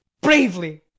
Bravely